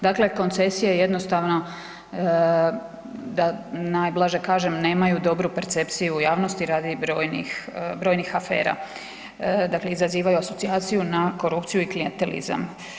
Dakle koncesije je jednostavno da najblaže kažem, nemaju dobru percepciju u javnosti radi brojnih afera, dakle izazivaju asocijaciju na korupciju i klijentelizam.